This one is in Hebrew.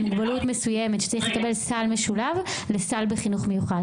מוגבלות מסוימת שצריך לקבל סל משולב לסל בחינוך מיוחד,